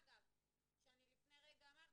אגב שאני לפני רגע אמרתי,